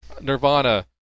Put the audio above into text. Nirvana